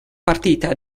partita